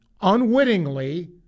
unwittingly